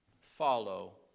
follow